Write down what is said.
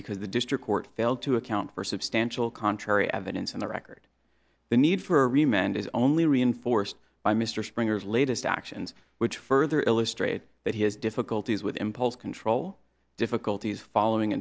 because the district court failed to account for substantial contrary evidence in the record the need for remand is only reinforced by mr springer's latest actions which further illustrate that his difficulties with impulse control difficulties following